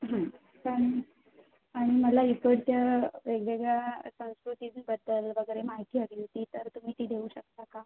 हां पण आणि मला इकडच्या वेगवेगळ्या संस्कृतीबद्दल वगैरे माहिती हवी होती तर तुम्ही ती देऊ शकता का